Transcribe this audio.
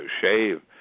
shave